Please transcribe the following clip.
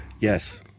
Yes